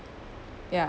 ya